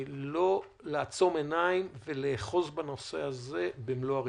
לא לעצום עיניים ולאחוז בנושא הזה במלוא הרצינות.